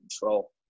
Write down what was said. control